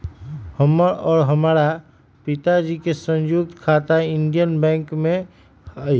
हमर और हमरा पिताजी के संयुक्त खाता इंडियन बैंक में हई